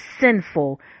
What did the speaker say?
sinful